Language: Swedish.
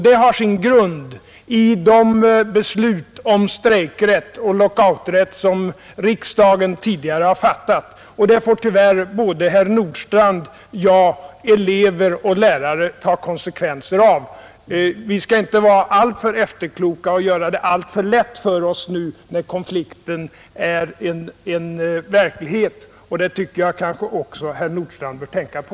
Den har sin grund i de beslut om strejkrätt och lockouträtt som riksdagen tidigare fattat. Det får tyvärr både herr Nordstrandh, jag, elever och lärare ta konsekvenserna av. Vi skall inte vara alltför efterkloka och göra det för lätt för oss nu när konflikten är en verklighet — det tycker jag att herr Nordstrandh också bör tänka på.